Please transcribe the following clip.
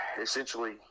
essentially